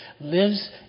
lives